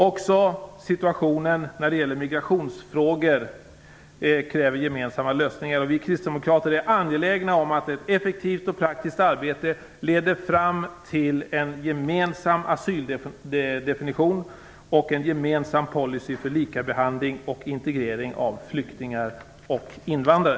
Också situationen när det gäller migrationsfrågor kräver gemensamma lösningar. Vi kristdemokrater är angelägna om att ett effektivt och praktiskt arbete leder till en gemensam asyldefinition och en gemensam policy för likabehandling och integrering av flyktingar och invandrare.